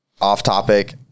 off-topic